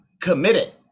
committed